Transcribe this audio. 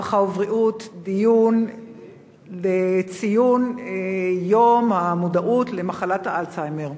הרווחה והבריאות דיון לציון יום המודעות למחלת האלצהיימר.